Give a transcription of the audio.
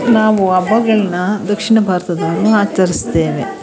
ನಾವು ಹಬ್ಬಗಳನ್ನ ದಕ್ಷಿಣ ಭಾರತದ್ದನ್ನು ಆಚರಿಸ್ತೇವೆ